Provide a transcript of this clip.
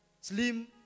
slim